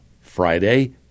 Friday